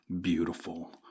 beautiful